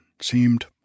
seemed